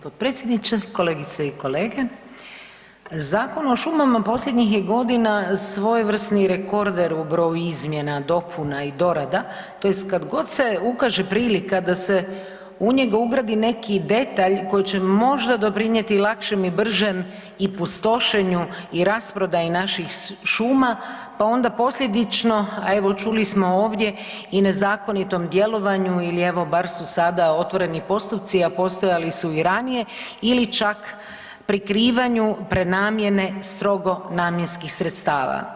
potpredsjedniče, kolegice i kolege, Zakon o šumama posljednjih je godina svojevrsni rekorder u broju izmjena, dopuna i dorada tj. kad god se ukaže prilika da se u njega ugradi neki detalj koji će možda doprinijeti lakšem i bržem i pustošenju i rasprodaji naših šuma pa onda posljedično, a evo čuli smo ovdje i nezakonitom djelovanju ili evo bar su sada otvoreni postupci, a postojali su i ranije ili čak prikrivanju prenamjene strogo namjenskih sredstava.